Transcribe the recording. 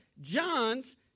John's